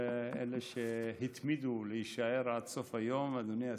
אלה שהתמידו להישאר עד סוף היום, אדוני השר,